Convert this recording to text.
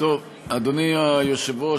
אדוני היושב-ראש,